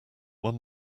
one